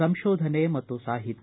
ಸಂಶೋಧನೆ ಮತ್ತು ಸಾಹಿತ್ಯ